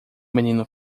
menino